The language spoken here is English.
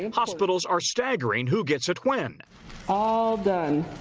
and hospitals are staggering who gets it when all done.